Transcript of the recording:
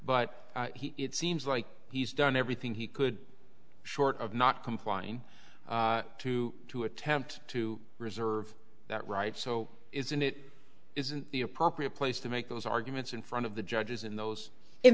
but it seems like he's done everything he could short of not complying to to attempt to reserve that right so isn't it isn't the appropriate place to make those arguments in front of the judges in those in